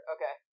Okay